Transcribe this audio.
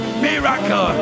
miracle